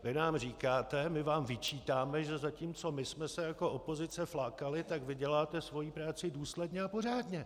Vy nám říkáte: my vám vyčítáme, že zatímco my jsme se jako opozice flákali, tak vy děláte svoji práci důsledně a pořádně.